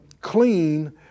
clean